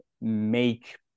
make